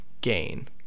gain